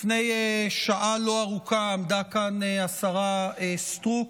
לפני שעה לא ארוכה עמדה כאן השרה סטרוק,